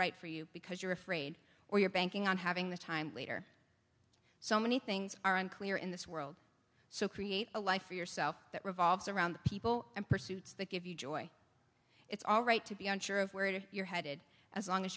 right for you because you're afraid or you're banking on having the time later so many things are unclear in this world so create a life for yourself that revolves around the people and pursuits that give you joy it's alright to be unsure of where you're headed as long as